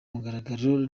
mugaragaro